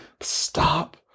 stop